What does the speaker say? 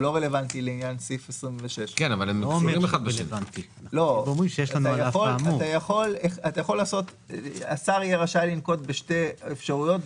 הוא לא רלוונטי לעניין סעיף 26. השר יהיה רשאי לנקוט בשתי אפשרויות,